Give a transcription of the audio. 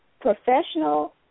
professional